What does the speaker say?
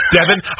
Devin